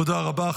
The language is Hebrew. תודה רבה.